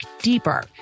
deeper